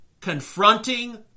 Confronting